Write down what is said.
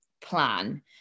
plan